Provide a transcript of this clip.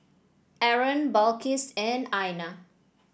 Aaron Balqis and Aina